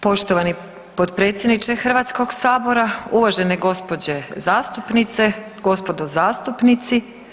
Poštovani potpredsjedniče Hrvatskog sabora, uvažene gđe. zastupnice, gospodo zastupnici.